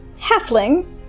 halfling